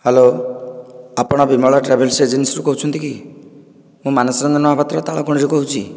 hello ଆପଣ Bimala travels ଏଜେନ୍ସିରୁ କହୁଛନ୍ତି କି ମୁଁ ମାନସ ରଞ୍ଜନ ମହାପାତ୍ର ତାଳବଣିରୁ କହୁଛି